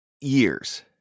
years